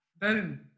Boom